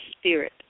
spirit